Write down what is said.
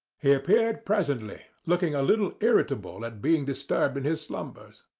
he appeared presently, looking a little irritable at being disturbed in his slumbers.